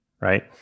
right